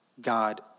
God